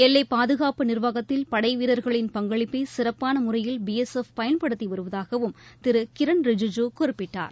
எல்லைப் பாதுகாப்பு நீர்வாகத்தில் படை வீரர்களின் பங்களிப்பை சிறப்பான முறையில் பிஎஸ்எஃப் பயன்படுத்தி வருவதாகவும் திரு கிரண் ரிஜிஜூ குறிப்பிட்டார்